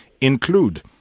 include